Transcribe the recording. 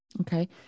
okay